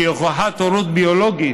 כי הוכחת הורות ביולוגית